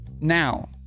now